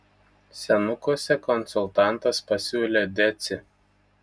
senukuose konsultantas pasiūlė decį